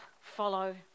follow